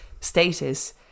status